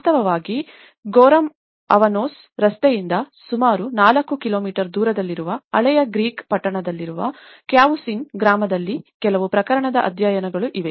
ವಾಸ್ತವವಾಗಿ Goreme Avanos ರಸ್ತೆಯಿಂದ ಸುಮಾರು 4 ಕಿಲೋಮೀಟರ್ ದೂರದಲ್ಲಿರುವ ಹಳೆಯ ಗ್ರೀಕ್ ಪಟ್ಟಣದಲ್ಲಿರುವ ಕ್ಯಾವುಸಿನ್ ಗ್ರಾಮದಲ್ಲಿ ಕೆಲವು ಪ್ರಕರಣದ ಅಧ್ಯಯನ ಗಳು ಇವೆ